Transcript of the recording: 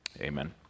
Amen